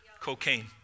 cocaine